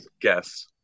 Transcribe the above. guess